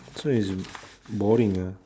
so is boring lah